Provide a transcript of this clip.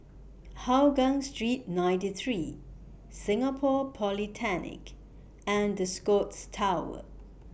Hougang Street ninety three Singapore Polytechnic and The Scotts Tower